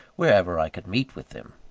wherever i could meet with them.